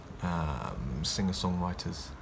singer-songwriters